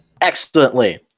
Excellently